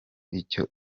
icyo